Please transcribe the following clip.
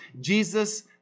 Jesus